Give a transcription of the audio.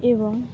ଏବଂ